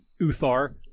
Uthar